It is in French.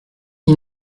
pme